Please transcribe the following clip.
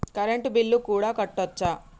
Current bill కూడా కట్టొచ్చా?